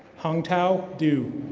hung-tao du.